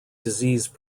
disease